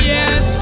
Yes